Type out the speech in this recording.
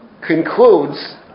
concludes